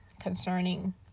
concerning